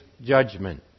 judgment